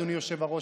אדוני היושב-ראש,